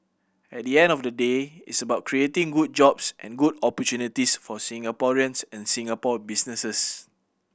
at the end of the day it's about creating good jobs and good opportunities for Singaporeans and Singapore businesses